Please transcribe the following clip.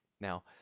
Now